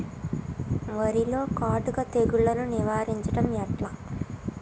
వరిలో కాటుక తెగుళ్లను నివారించడం ఎట్లా?